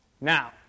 Now